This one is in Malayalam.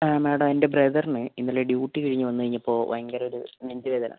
ആ മേഡം എൻറെ ബ്രദറിന് ഇന്നലെ ഡ്യൂട്ടി കഴിഞ്ഞു വന്നുകഴിഞ്ഞപ്പോൾ ഭയങ്കര ഒരു നെഞ്ച് വേദന